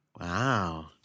Wow